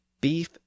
beef